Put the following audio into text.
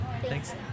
Thanks